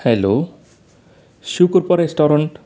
hello Shivkrupa restaurant